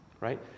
Right